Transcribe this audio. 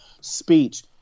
speech